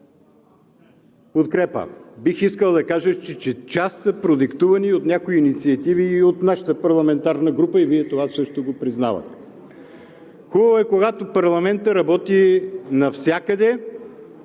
подкрепа. Бих искал да кажа, че част са продиктувани и от някои инициативи и от нашата парламентарна група, и Вие това също го признавате. Хубаво е, когато парламентът работи навсякъде